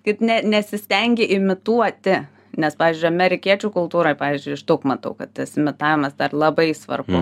kad ne nesistengi imituoti nes pavyzdžiui amerikiečių kultūroj pavyzdžiui aš daug matau kad tas imitavimas dar labai svarbu